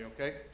okay